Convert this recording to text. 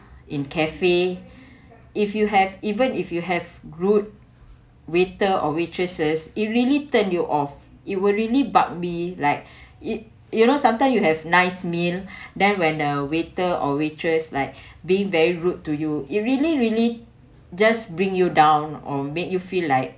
in cafe if you have even if you have rude waiter or waitresses it really turn you off it will really like it you you know sometimes you have nice meal then when the waiter or waitress like being very rude to you it really really just bring you down or make you feel like